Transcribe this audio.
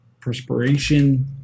perspiration